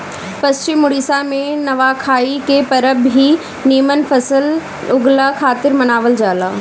पश्चिम ओडिसा में नवाखाई के परब भी निमन फसल उगला खातिर मनावल जाला